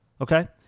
Okay